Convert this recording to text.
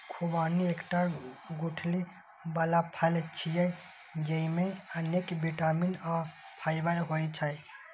खुबानी एकटा गुठली बला फल छियै, जेइमे अनेक बिटामिन आ फाइबर होइ छै